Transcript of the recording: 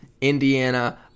Indiana